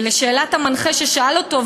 ולשאלת המנחה ששאל אותו,